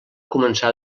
començar